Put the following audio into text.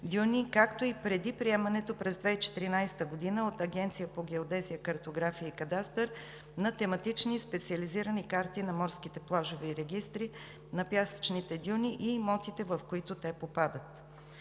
както и преди приемането през 2014 г. от Агенцията по геодезия, картография и кадастър на тематични специализирани карти на морските плажове и регистри, на пясъчните дюни и имотите, в които те попадат.